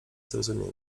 zrozumie